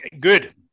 good